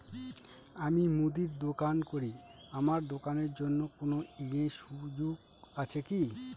আমি মুদির দোকান করি আমার দোকানের জন্য কোন ঋণের সুযোগ আছে কি?